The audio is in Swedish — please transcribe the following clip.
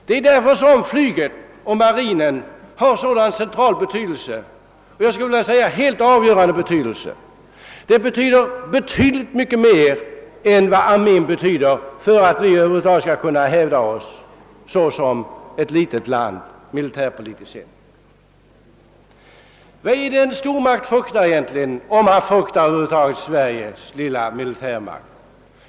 Det är därför som flyget och marinen har sådan central betydelse — jag skulle vilja säga en avgörande betydelse. Dessa försvarsgrenar betyder oerhört mycket mer än vad armén gör för att vi skall kunna klara oss i vårt lilla land militärpolitiskt sett i händelse av krig. Vad är det egentligen som en stormakt fruktar, om denna stormakt över huvud taget fruktar Sveriges ringa militärmakt?